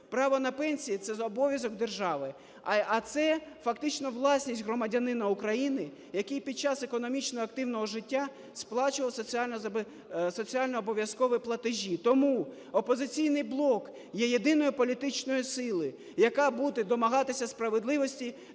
право на пенсію – це обов'язок держави. А це фактично власність громадянина України, який під час економічного і активного життя сплачував соціально-обов'язкові платежі. Тому "Опозиційний блок" є єдиною політичною силою, яка буде домагатися справедливості